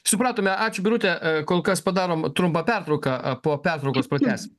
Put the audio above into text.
supratome ačiū birute kol kas padarom trumpą pertrauką po pertraukos pratęsim